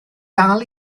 dal